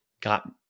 got